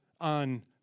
on